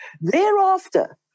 Thereafter